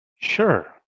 Sure